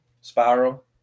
spiral